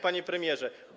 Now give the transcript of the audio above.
Panie Premierze!